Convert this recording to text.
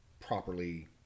properly